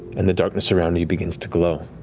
and the darkness around you begins to glow,